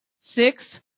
Six